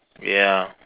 ya